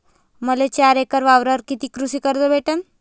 मले चार एकर वावरावर कितीक कृषी कर्ज भेटन?